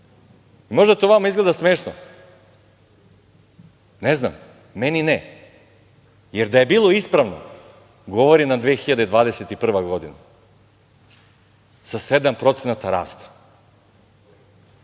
Možda to vama izgleda smešno, ne znam. Meni ne. Da je bilo ispravno govori nam 2021. godina, sa 7% rasta,